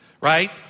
right